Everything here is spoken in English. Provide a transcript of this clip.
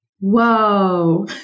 whoa